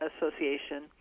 association